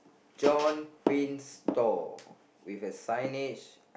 John Prince tall with a sign edge